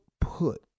put